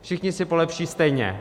Všichni si polepší stejně.